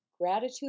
Gratitude